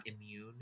immune